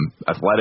Athletic